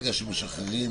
שברגע שמשחררים